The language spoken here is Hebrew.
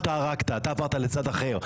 שאתה ערקת, אתה עברת לצד אחר.